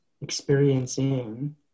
experiencing